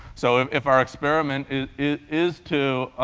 so if if our experiment is to